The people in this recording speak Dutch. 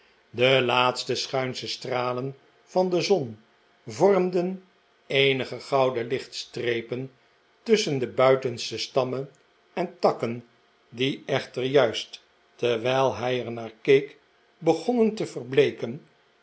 de laatste schuinsche stralen van de zon vormden eenige gouden lichtstrepen tusschen de buitenste stammen en takken die echter juist terwijl hij er naar keek begonnen te verbleeken